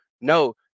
No